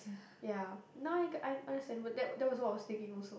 ya now I I understand that that was what was sticking also